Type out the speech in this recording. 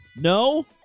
No